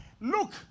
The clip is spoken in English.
Look